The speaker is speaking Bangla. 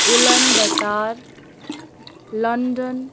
Ulaanbaatar London